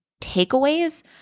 takeaways